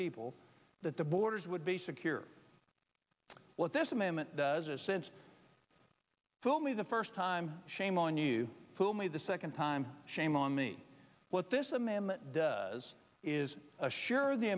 people that the borders would be secure what this amendment does a sense told me the first time shame on you fool me the second time shame on me what this amendment does is assure the